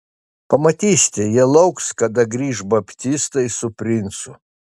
pamatysite jie lauks kada grįš baptistai su princu